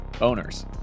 owners